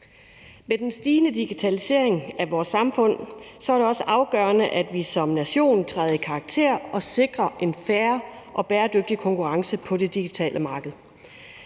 Med den stigende digitalisering af vores samfund er det også afgørende, at vi som nation træder i karakter og sikrer en fair og bæredygtig konkurrence på det digitale marked.